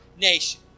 nation